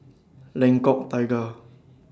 Lengkok Tiga